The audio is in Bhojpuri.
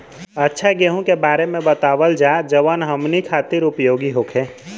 अच्छा गेहूँ के बारे में बतावल जाजवन हमनी ख़ातिर उपयोगी होखे?